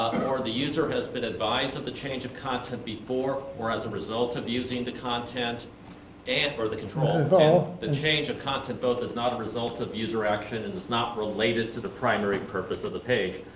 or the user has been advised of the change of content before or as a result of using the content and or the control and the change of content both is not a result of user action and is not related to the primary purpose of the page.